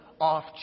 off